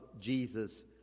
Jesus